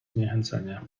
zniechęcenie